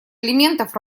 элементов